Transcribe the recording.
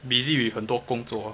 busy with 很多工作